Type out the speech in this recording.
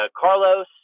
Carlos